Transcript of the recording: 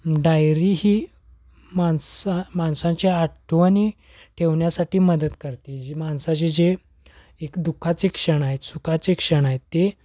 diary ही माणसा माणसांच्या आठवणी ठेवण्यासाठी मदत करते जी माणसाचे जे एक दुःखाचे क्षण आहे सुखाचे क्षण आहे ते